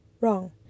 Wrong